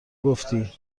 گفتی